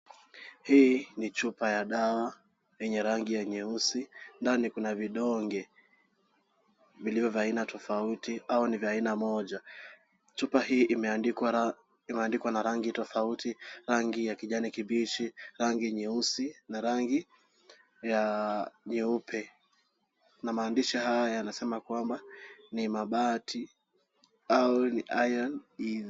Hii ni chupa ya dawa yenye rangi ya nyeusi, ndani kuna vidonge vilivyo vya aina tofauti au ni vya aina moja. Chupa hii imeandikwa na rangi tofauti. Rangi ya kijani kibichi, rangi nyeusi na rangi ya nyeupe na maandishi haya yanasema ya kwamba ni mabati au ni Iron Easy .